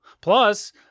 Plus